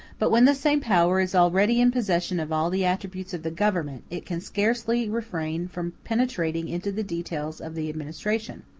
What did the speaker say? but when the same power is already in possession of all the attributes of the government, it can scarcely refrain from penetrating into the details of the administration,